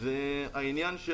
זה העניין של